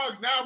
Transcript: now